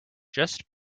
just